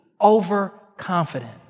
overconfident